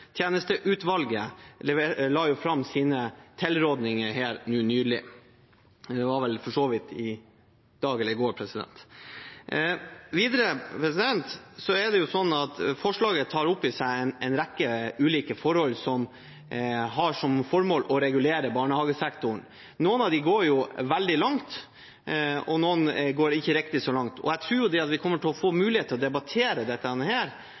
la nylig fram sine tilrådninger. Det var for øvrig i dag. Videre er det sånn at forslaget tar opp i seg en rekke ulike forhold som har som formål å regulere barnehagesektoren. Noen av dem går veldig langt, og noen går ikke riktig så langt. Jeg tror vi kommer til å få mulighet til å debattere dette